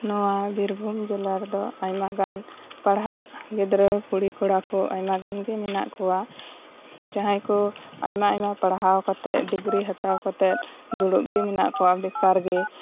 ᱱᱚᱣᱟ ᱵᱤᱨᱵᱷᱩᱢ ᱡᱮᱞᱟ ᱨᱮᱫᱚ ᱟᱭᱢᱟᱜᱟᱱ ᱯᱟᱲᱦᱟᱜ ᱜᱤᱫᱽᱨᱟᱹ ᱠᱩᱲᱤ ᱠᱚᱲᱟᱠᱩ ᱟᱭᱢᱟᱜᱟᱱ ᱜᱤ ᱢᱮᱱᱟᱜ ᱠᱚᱣᱟ ᱡᱟᱦᱟᱸᱭᱠᱩ ᱟᱭᱢᱟ ᱟᱭᱢᱟ ᱯᱟᱲᱦᱟᱣ ᱠᱟᱛᱮᱫ ᱰᱤᱜᱽᱨᱤ ᱦᱟᱛᱟᱣ ᱠᱟᱛᱮᱫ ᱫᱩᱲᱩᱵ ᱜᱤ ᱢᱮᱱᱟᱜ ᱠᱚᱣᱟ ᱵᱮᱠᱟᱨᱜᱤ